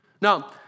Now